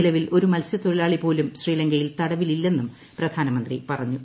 നിലവിൽ ഒരു മത്സ്യത്തൊഴിലാളി പോലും ശ്രീലങ്കയിൽ തടവിലില്ലെന്നും പ്രധാനമന്ത്രി പറഞ്ഞു